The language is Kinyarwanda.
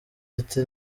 ati